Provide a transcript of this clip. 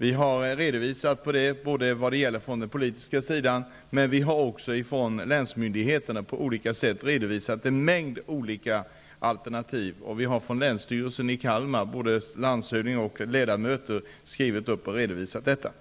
Vi har redovisat sådana på den politiska sidan, men vi har också från länsmyndigheterna på olika sätt redovisat en mängd olika alternativ. Vi har från länsstyrelsen i Kalmar, både landshövdingen och ledamöter, skrivit om detta.